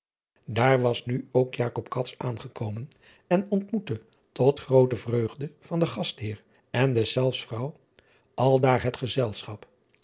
aar was nu ook aangekomen en ontmoette tot groote vreugde van den astheer en deszelfs vrouw aldaar het gezelschap